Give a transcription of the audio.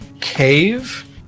cave